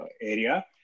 area